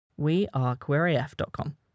wearequeryf.com